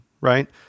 right